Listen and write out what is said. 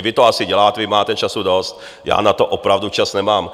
Vy to asi děláte, vy máte času dost, já na to opravdu čas nemám.